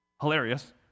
hilarious